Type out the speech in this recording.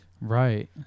Right